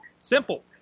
simple